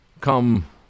come